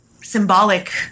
symbolic